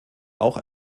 auch